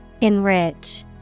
Enrich